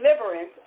deliverance